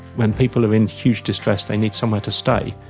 when people are in huge distress they need somewhere to stay,